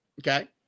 Okay